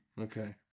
okay